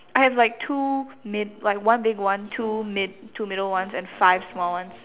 I have like two mid like one big one two mid two middle ones and five small ones